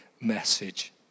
message